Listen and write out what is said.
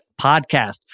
podcast